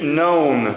known